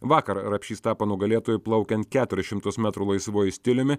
vakar rapšys tapo nugalėtoju plaukiant keturis šimtus metrų laisvuoju stiliumi